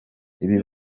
ibi